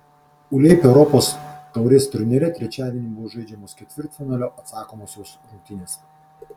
uleb europos taurės turnyre trečiadienį buvo žaidžiamos ketvirtfinalio atsakomosios rungtynės